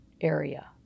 area